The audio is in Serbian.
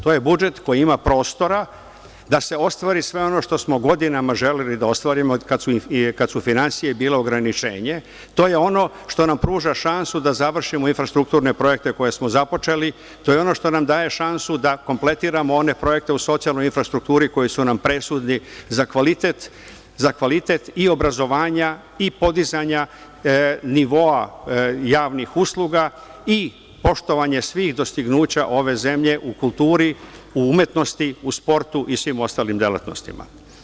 To je budžet koji ima prostora da se ostvari sve ono što smo godinama želeli da ostvarimo kada su finansije bile ograničenje, to je ono što nam pruža šansu da završimo infrastrukturne projekte koje smo započeli, to je ono što nam daje šansu da kompletiramo one projekte u socijalnoj infrastrukturi koji su nam presudni za kvalitet i obrazovanja i podizanja nivoa javnih usluga i poštovanje svih dostignuća ove zemlje u kulturi, u umetnosti, u sportu i svim ostalim delatnostima.